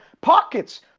pockets